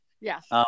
Yes